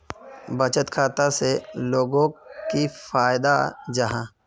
बचत खाता से लोगोक की फायदा जाहा?